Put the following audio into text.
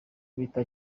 bita